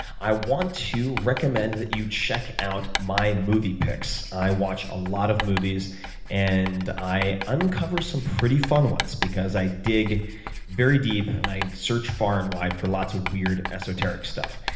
i want to recommend that you check out my movie picks. i watch a lot of movies and i uncover some pretty fun ones because i dig very deep and i search far and wide for lots of weird esoteric stuff.